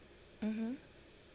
mmhmm